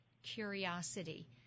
curiosity